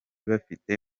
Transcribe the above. bafite